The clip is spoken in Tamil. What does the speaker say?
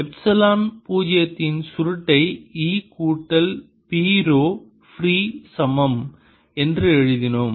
எப்சிலன் பூஜ்ஜியத்தின் சுருட்டை E கூட்டல் P ரோ ஃப்ரீ சமம் என்று எழுதினோம்